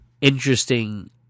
interesting